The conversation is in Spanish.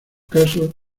casos